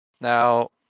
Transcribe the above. now